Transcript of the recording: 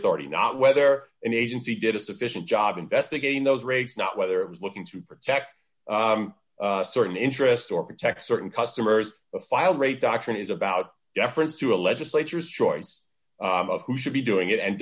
authority not whether an agency did a sufficient job investigating those rates not whether it was looking to protect certain interests or protect certain customers file rate doctrine is about deference to a legislature's choice of who should be doing it and